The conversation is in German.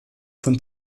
von